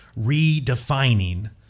redefining